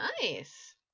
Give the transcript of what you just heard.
nice